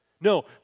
No